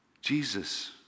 Jesus